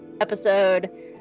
episode